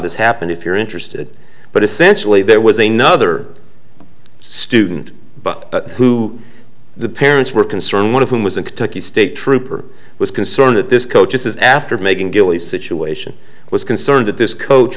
this happened if you're interested but essentially there was a nother student but who the parents were concerned one of whom was a kentucky state trooper was concerned that this coach is after megan gillies situation was concerned that this coach